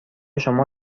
شما